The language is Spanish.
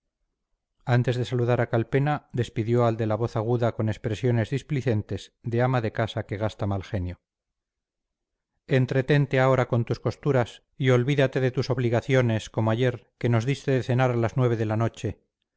antes de saludar a calpena despidió al de la voz aguda con expresiones displicentes de ama de casa que gasta mal genio entretente ahora con tus costuras y olvídate de tus obligaciones como ayer que nos diste de cenar a las nueve de la noche